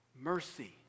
mercy